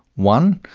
one,